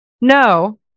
no